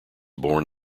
born